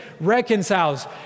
reconciles